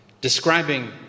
describing